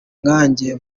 nkanjye